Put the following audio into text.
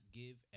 give